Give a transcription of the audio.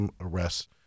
arrests